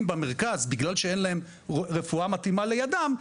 במרכז בגלל שאין להם רפואה מתאימה לידם,